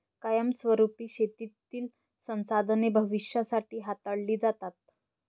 कायमस्वरुपी शेतीतील संसाधने भविष्यासाठी हाताळली जातात